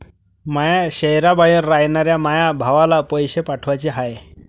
माया शैहराबाहेर रायनाऱ्या माया भावाला पैसे पाठवाचे हाय